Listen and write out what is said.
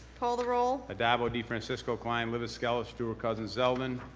call the roll. addabbo, defrancisco, klein, libous, skelos, stewart-cousins, zeldin.